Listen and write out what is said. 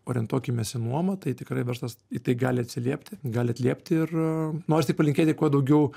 orientuokimės į nuomą tai tikrai verstas į tai gali atsiliepti gali atliepti ir norisi palinkėti kuo daugiau